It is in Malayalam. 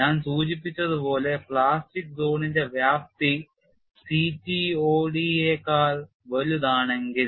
ഞാൻ സൂചിപ്പിച്ചതുപോലെ പ്ലാസ്റ്റിക് സോണിന്റെ വ്യാപ്തി CTOD നേക്കാൾ വലുതാണെങ്കിൽ